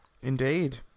Indeed